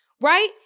right